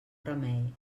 remei